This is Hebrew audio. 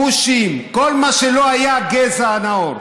כושים, כל מה שלא היה הגזע הנאור.